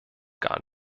gar